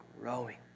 growing